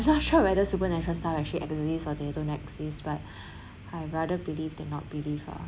not sure whether supernatural stuff actually exist or they don't exist but I rather believe than not believe ah